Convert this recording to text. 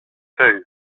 too